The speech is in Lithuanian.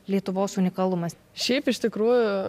lietuvos unikalumas šiaip iš tikrųjų